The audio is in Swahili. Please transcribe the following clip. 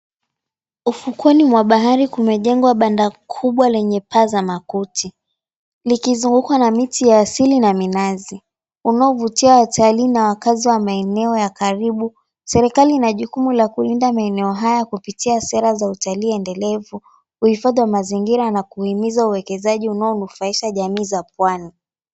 Ufukweni mwa bahari kumejengwa banda kubwa lenye paa za makuti likizungukwa na miti ya asili na minazi unaovutia watalii na wakazi wa maeneo ya karibu. Serikali ina jukumu la kulinda maeneo haya kupitia sera za utalii endelevu, uhifadhi wa mazingira na kuhimiza uekezaji unaonufaisha jamii za pwani.